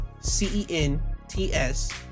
C-E-N-T-S